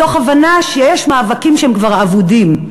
מתוך הבנה שיש מאבקים שהם כבר אבודים.